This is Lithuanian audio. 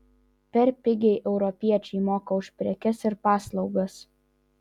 per pigiai europiečiai moka už prekes ir paslaugas